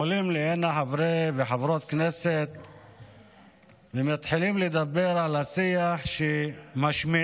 עולים לכאן חברות וחברי כנסת ומתחילים לדבר על השיח שמשמיעים